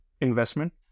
investment